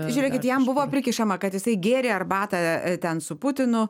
žiūrėkit jam buvo prikišama kad jisai gėrė arbatą ten su putinu